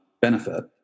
benefit